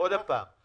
75%